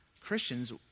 Christians